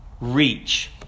reach